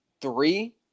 three